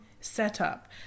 setup